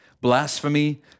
Blasphemy